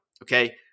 Okay